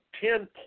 ten